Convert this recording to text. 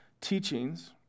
teachings